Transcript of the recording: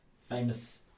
famous